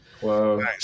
Whoa